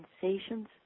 sensations